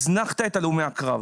הזנחת את הלומי הקרב.